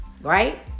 Right